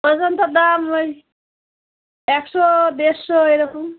অজন্তার দাম ওই একশো দেড়শো এরকম